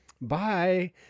bye